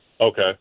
Okay